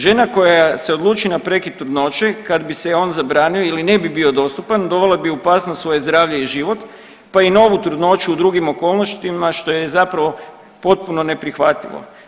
Žena koja se odluči na prekid trudnoće kad bi se on zabranio ili ne bi bio dostupan dovele bi u opasnost svoje zdravlje i život, pa i novu trudnoću u drugim okolnostima što je zapravo potpuno neprihvatljivo.